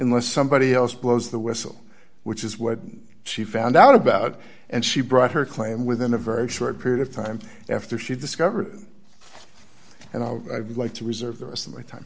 unless somebody else blows the whistle which is what she found out about and she brought her claim within a very short period of time after she discovered and i would like to reserve the rest of my time